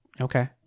okay